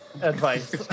advice